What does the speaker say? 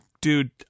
dude